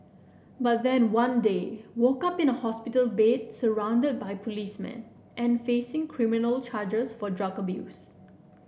but then one day woke up in a hospital bed surrounded by policemen and facing criminal charges for drug abuse